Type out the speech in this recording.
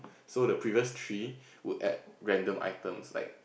so the previous three would add random items like